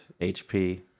HP